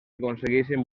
aconsegueixen